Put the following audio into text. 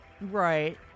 Right